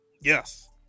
Yes